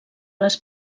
les